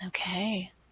Okay